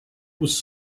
was